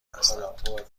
هستند